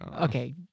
Okay